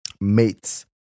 mates